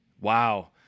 Wow